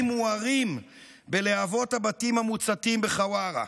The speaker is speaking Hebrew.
מוארים בלהבות הבתים המוצתים בחווארה,